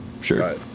sure